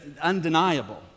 undeniable